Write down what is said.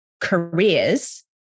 careers